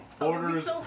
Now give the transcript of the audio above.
orders